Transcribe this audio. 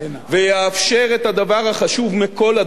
ויאפשר את הדבר החשוב מכול,